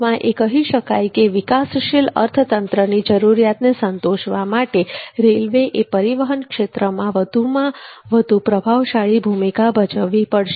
ટૂંકમાં એ કહી શકાય કે વિકાસશીલ અર્થતંત્રની જરૂરિયાતને સંતોષવા માટે રેલવેએ પરિવહન ક્ષેત્રમાં વધુને વધુ પ્રભાવશાળી ભૂમિકા ભજવવી પડશે